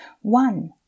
one